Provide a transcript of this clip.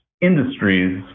industries